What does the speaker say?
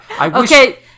Okay